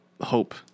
hope